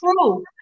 true